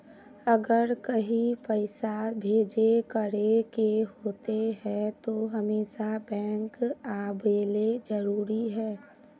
अगर कहीं पैसा भेजे करे के होते है तो हमेशा बैंक आबेले जरूरी है?